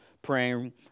Praying